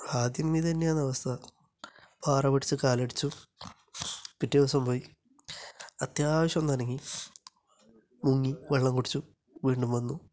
ആദ്യം ഇതു തന്നെയാന്ന് അവസ്ഥ പാറ പിടിച്ച് കാലടിച്ചു പിറ്റേ ദിവസം പോയി അത്യാവശ്യം ഒന്ന് അനങ്ങി മുങ്ങി വെള്ളം കുടിച്ചു വീണ്ടും വന്നു